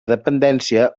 dependència